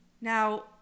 Now